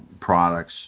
products